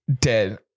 dead